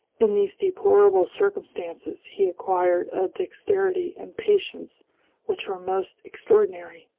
in these deplorable circumstances, he acquired a dexterity and patience which were most extraordinary.